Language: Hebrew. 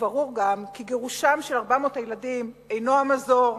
וברור כי גירושם של 400 הילדים אינו המזור,